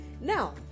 Now